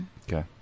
Okay